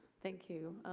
thank you.